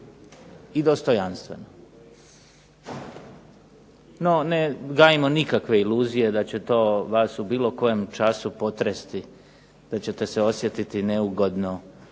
i dostojanstveno. NO, ne gajimo nikakve iluzije da će to vas u bilo kojem času potresti, da ćete se osjetiti neugodno,